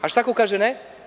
A šta ako kaže – ne?